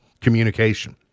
communication